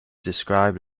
described